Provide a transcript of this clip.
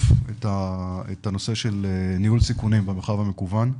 את הנושא של ניהול סיכונים במרחב המקוון.